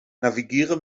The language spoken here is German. navigiere